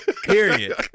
Period